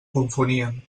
confonien